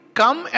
come